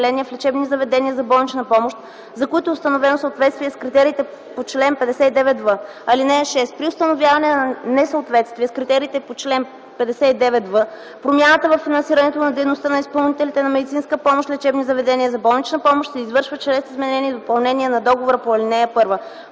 на клиники и отделения в лечебни заведения за болнична помощ, за които е установено съответствие с критериите по чл. 59в. (6) При установяване на несъответствие с критериите по чл. 59в, промяната във финансирането на дейността на изпълнителите на медицинска помощ – лечебни заведения за болнична помощ, се извършва чрез изменение и допълнение на договора по ал. 1.”